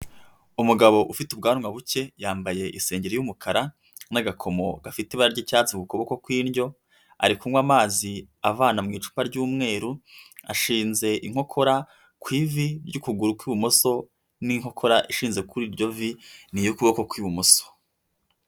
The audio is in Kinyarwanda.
Umugabo ufite ubwanwa buke yambaye isenge y'umukara n'agakomo gafite iba ry'icyatsi ku kuboko kw'indyo ari kunywa amazi avana mu icupa ry'umweru ashinze inkokora ku ivi ry'ukuguru kw'ibumoso n'inkokora ishinze kuri iryo vi ni iy'ukuboko kw'ibumoso.